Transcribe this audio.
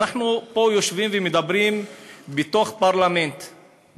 אנחנו פה יושבים ומדברים בתוך פרלמנט,